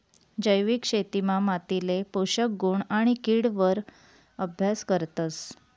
जैविक शेतीमा मातीले पोषक गुण आणि किड वर अभ्यास करतस